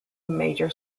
major